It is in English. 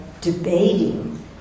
debating